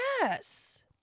Yes